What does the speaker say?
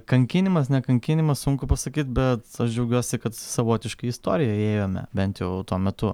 kankinimas ne kankinimas sunku pasakyt bet aš džiaugiuosi kad savotiškai į istoriją įėjome bent jau tuo metu